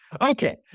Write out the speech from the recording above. okay